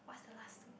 what's the last two